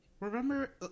Remember